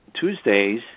Tuesdays